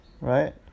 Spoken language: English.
right